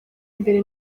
mbere